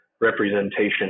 representation